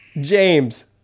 James